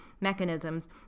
mechanisms